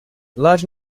large